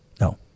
No